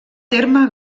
terme